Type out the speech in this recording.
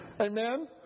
Amen